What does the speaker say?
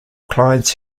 clients